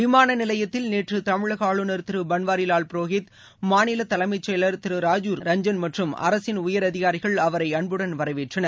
விமானநிலையத்தில் நேற்றுதமிழகஆளுநர் திருபன்வாரிவால் புரோஹித் மாநிலதலைமைச் செயலர் திருராஜீவ் ரஞ்சன் மற்றும் அரசின் உயர் அதிகாரிகள் அவரைஅன்புடன் வரவேற்றனர்